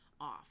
Off